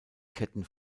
ketten